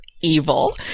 evil